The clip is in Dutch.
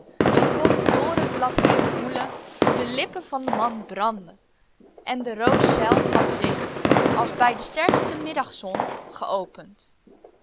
hij kon door het blad heen voelen hoe de lippen van den man brandden en de roos zelf had zich als bij de sterkste middagzon geopend